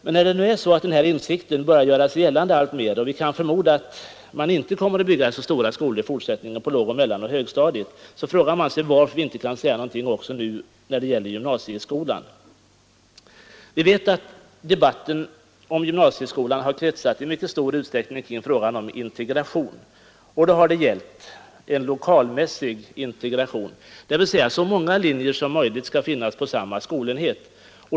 Men när nu den här insikten börjar göra sig gällande alltmer och vi kan förmoda att det på låg-, mellanoch högstadiet inte kommer att byggas några större skolor frågar man sig varför vi inte kan slå fast den principen också när det gäller gymnasieskolan. Debatten om gymnasieskolan har i mycket stor utsträckning kretsat kring frågan om integration. Det har gällt en lokalmässig integration, vilket innebär att så många linjer som möjligt skall finnas på samma skolenhet.